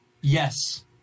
Yes